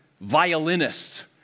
violinists